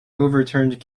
overturned